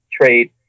trade